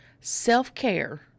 Self-care